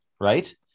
right